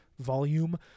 Volume